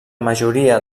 majoria